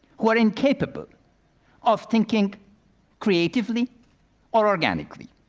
who are incapable of thinking creatively, or organically.